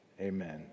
Amen